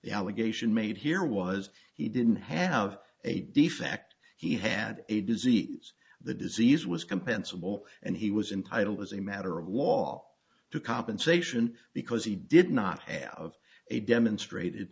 the allegation made here was he didn't have a defect he had a disease the disease was compensable and he was entitle as a matter of law to compensation because he did not have a demonstrated